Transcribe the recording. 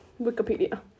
Wikipedia